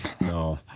No